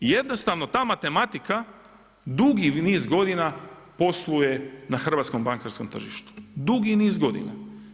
I jednostavno ta matematika dugi niz godina posluje na hrvatskom bankarskom tržištu, dugi niz godina.